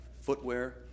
footwear